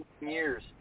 years